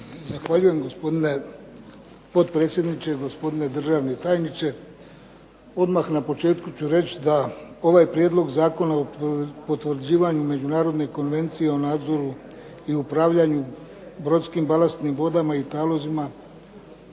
Zahvaljujem gospodin potpredsjedniče. Gospodine državni tajniče. Odmah na početku ću reći da ovaj prijedlog Zakona o potvrđivanju međunarodne konvencije o nadzoru i upravljanju brodskim balastnim vodama i talozima